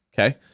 Okay